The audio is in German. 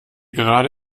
gerade